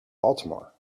baltimore